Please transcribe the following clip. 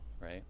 right